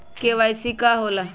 KYC का होला?